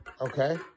Okay